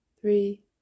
three